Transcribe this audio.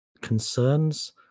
concerns